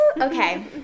Okay